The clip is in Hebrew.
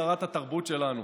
שרת התרבות שלנו,